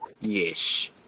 Yes